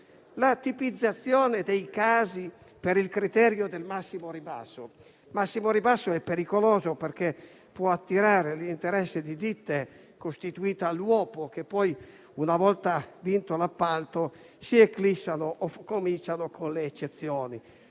alla tipizzazione dei casi per il criterio del massimo ribasso, quest'ultimo è pericoloso perché può attirare l'interesse di ditte costituite all'uopo, che poi una volta vinto l'appalto si eclissano o cominciano con le eccezioni.